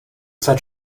zeit